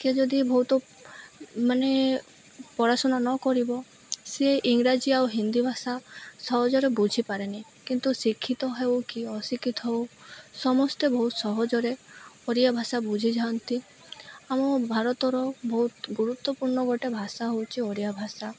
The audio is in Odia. କିଏ ଯଦି ବହୁତ ମାନେ ପଢାଶୁଣା କରିବ ସିଏ ଇଂରାଜୀ ଆଉ ହିନ୍ଦୀ ଭାଷା ସହଜରେ ବୁଝିପାରେନି କିନ୍ତୁ ଶିକ୍ଷିତ ହେଉ କି ଅଶିକ୍ଷିତ ହେଉ ସମସ୍ତେ ବହୁତ ସହଜରେ ଓଡ଼ିଆ ଭାଷା ବୁଝି ଯାଆନ୍ତି ଆମ ଭାରତର ବହୁତ ଗୁରୁତ୍ୱପୂର୍ଣ୍ଣ ଗୋଟେ ଭାଷା ହେଉଛି ଓଡ଼ିଆ ଭାଷା